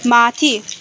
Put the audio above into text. माथि